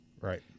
Right